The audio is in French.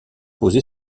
posée